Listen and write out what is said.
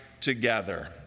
together